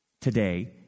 today